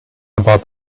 about